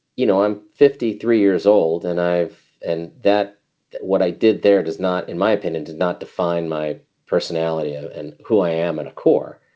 you know, i'm fifty three years old. and i've and that what i did there does not in my opinion does not define my personality and who i am in a core.